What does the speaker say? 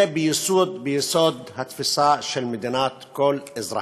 זה ביסוד התפיסה של מדינת כל אזרחיה.